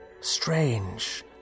strange